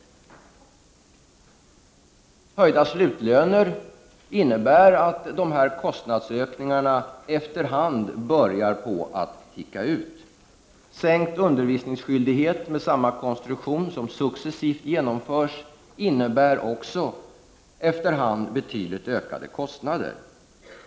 Höjda slutlöner innebär att de här kostnadsökningarna efter hand börjar så att säga ticka ut. Minskad undervisningsskyldighet, med samma konstruktion, som successivt genomförs, innebär också efter hand betydligt ökade kostnader.